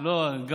זה רק יישוב אחד.